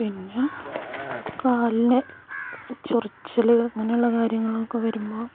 പിന്നെ കാലിന് ചൊറിച്ചിൽ അങ്ങനെയുള്ള കാര്യങ്ങളൊക്കെ വരുമ്പോൾ